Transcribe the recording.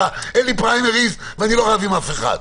אין לי פריימריז ואני לא רב עם אף אחד.